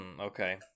Okay